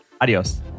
Adios